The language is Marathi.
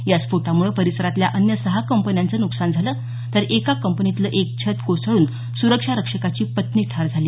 या स्फोटामुळे परिसरातल्या अन्य सहा कंपन्यांच नुकसान झालं तर एका कंपनीतलं एक छत कोसळून सुरक्षा रक्षकाची पत्नी ठार झाली